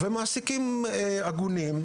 מעסיקים הגונים,